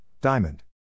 Diamond